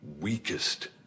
weakest